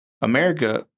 America